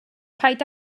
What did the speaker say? paid